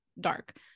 dark